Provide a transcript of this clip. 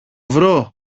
βρω